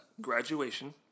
graduation